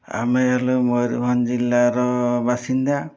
ଆମେ ହେଲୁ ମୟୂରଭଞ୍ଜ ଜିଲ୍ଲାର ବାସିନ୍ଦା